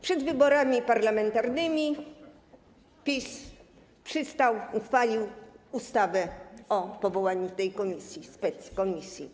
Przed wyborami parlamentarnymi PiS przystał, uchwalił ustawę o powołaniu tej komisji, speckomisji.